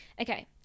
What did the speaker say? okay